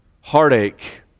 heartache